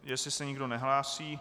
Jestli se nikdo nehlásí...